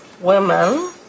women